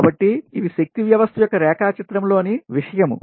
కాబట్టి ఇవి శక్తి వ్యవస్థ యొక్క రేఖా చిత్రం లోని విషయము